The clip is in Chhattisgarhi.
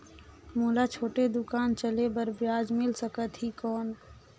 मोला छोटे दुकान चले बर ब्याज मिल सकत ही कौन?